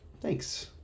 Thanks